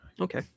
Okay